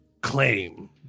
claim